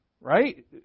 right